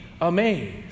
amazed